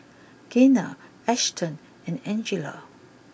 Gaynell Ashton and Angela